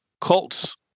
Colts